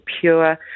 pure